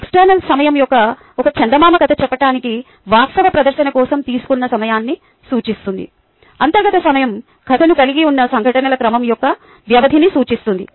external సమయం ఒక చందమామ కథ చెప్పటానికి వాస్తవ ప్రదర్శన కోసం తీసుకున్న సమయాన్ని సూచిస్తుంది అంతర్గత సమయం కథను కలిగి ఉన్న సంఘటనల క్రమం యొక్క వ్యవధిని సూచిస్తుంది